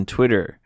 Twitter